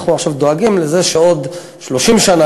אנחנו עכשיו דואגים לזה שעוד 30 שנה,